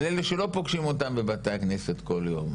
על אלה שלא פוגשים אותם בבתי הכנסת כל יום,